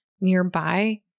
nearby